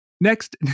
next